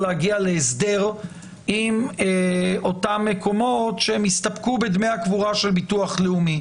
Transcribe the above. להגיע להסדר עם אותם מקומות שיסתפקו בדמי הקבורה של ביטוח לאומי.